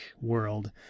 world